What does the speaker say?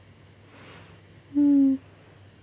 hmm